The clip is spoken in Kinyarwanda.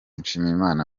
nshimiyimana